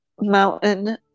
mountain